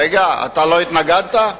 רגע, אתה לא התנגדת?